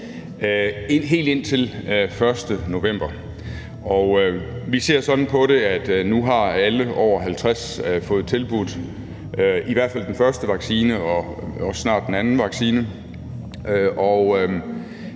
helt indtil den 1. november. Og vi ser sådan på det, at nu har alle over 50 år fået tilbudt i hvert fald den første vaccine og snart den anden vaccine, og